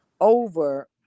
over